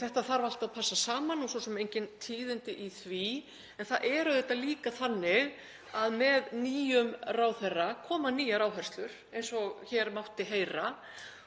Þetta þarf allt að passa saman og svo sem engin tíðindi í því. En það er auðvitað líka þannig að með nýjum ráðherra koma nýjar áherslur eins og hér mátti heyra.